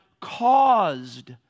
caused